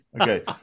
okay